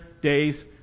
day's